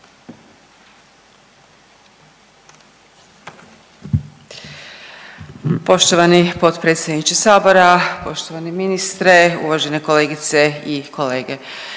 poštovani potpredsjedniče, poštovani ministre, poštovane kolegice i kolege.